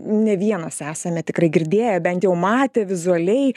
ne vienas esame tikrai girdėję bent jau matę vizualiai